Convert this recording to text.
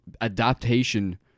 Adaptation